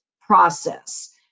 process